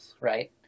right